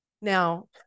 Now